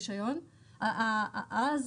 המדינה או שלום הציבור באיזון שבין רישיון להיתר --- אגב,